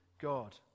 God